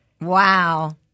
Wow